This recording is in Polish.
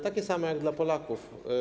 Takie same jak dla Polaków.